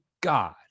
god